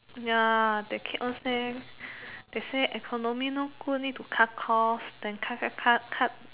ya they keep on say they say economy not good need to cut cost then cut cut cut